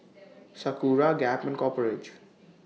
Sakura Gap and Copper Ridge